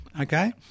okay